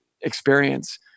experience